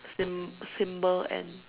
sym~ symbol N